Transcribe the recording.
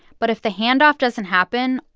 but if the handoff doesn't happen,